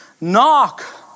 knock